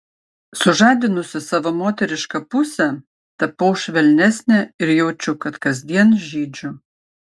sužadinusi savo moterišką pusę tapau švelnesnė ir jaučiu kad kasdien žydžiu